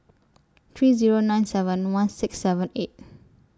three Zero nine seven one six seven eight